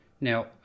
Now